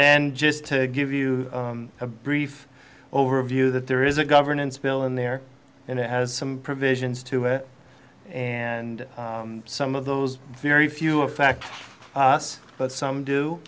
then just to give you a brief overview that there is a governance bill in there and it has some provisions to it and some of those very few a fact but some do